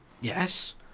yes